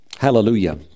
hallelujah